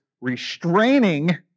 restraining